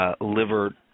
liver